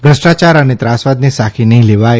ભ્રષ્ટાયાર અને ત્રાસવાદને સાંખી નહીં લેવાય